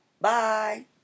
Bye